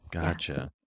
gotcha